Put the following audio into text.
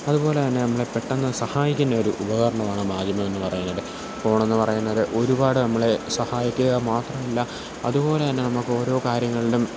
അതുപോലെ തന്നെ നമ്മളെ പെട്ടെന്ന് സഹായിക്കുന്നൊരു ഉപകരണമാണ് മാധ്യമമെന്ന് പറയുന്നത് ഫോണെന്നു പറയുന്നത് ഒരുപാട് നമ്മളെ സഹായിക്കുകമാത്രമല്ല അതുപോലെ തന്നെ നമുക്ക് ഓരോ കാര്യങ്ങളിലും